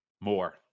More